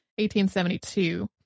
1872